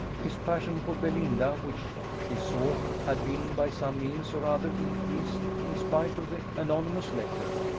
his passion for belinda, which she saw had been by some means or other increased, in spite of the anonymous letter,